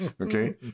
Okay